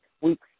weeks